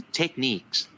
techniques